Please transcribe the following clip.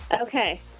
Okay